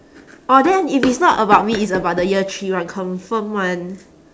oh then if it's not about me it's about the year three one confirm [one]